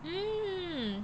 mm